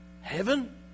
Heaven